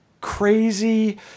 crazy